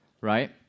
right